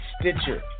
Stitcher